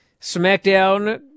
SmackDown